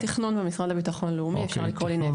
תכנון במשרד לביטחון לאומי.